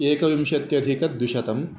एकविंशत्यधिकद्विशतम्